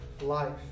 life